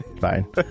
Fine